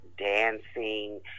dancing